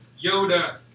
Yoda